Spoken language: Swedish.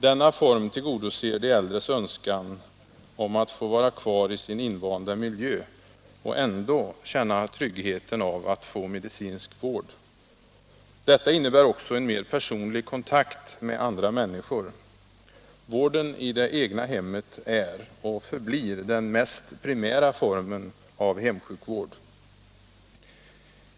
Denna form tillgodoser de äldres önskan om att få vara kvar i sin invanda miljö och ändå känna tryggheten av att få medicinsk vård. Detta innebär också en mer personlig kontakt med andra människor. Vården i det egna hemmet är och förblir den mest primära formen av hemsjukvård!